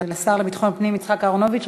תודה רבה לשר לביטחון פנים יצחק אהרונוביץ.